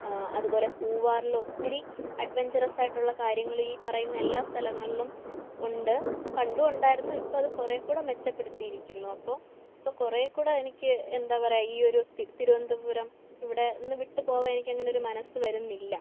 അതുപോലെ പൂവാറിൽ ഒത്തിരി അഡ്വഞ്ചറസായിട്ടുള്ള കാര്യങ്ങള് ഈ പറയുന്ന എല്ലാ സ്ഥലങ്ങളിലും ഉണ്ട് പണ്ടും ഉണ്ടായിരുന്നു ഇപ്പോൾ അത് കുറേക്കൂടെ മെച്ചപ്പെടുത്തിയിരിക്കുന്നു അപ്പോൾ ഇപ്പം കുറേക്കൂടെ എനിക്ക് എന്താ പറയുക ഈയൊരു തി തിരുവനന്തപുരം ഇവിടന്ന് വിട്ടുപോവാൻ എനിക്കങ്ങനെ മനസ്സ് വരുന്നില്ല